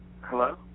Hello